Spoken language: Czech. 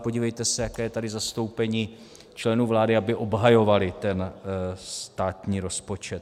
Podívejte se, jaké je tady zastoupení členů vlády, aby obhajovali ten státní rozpočet.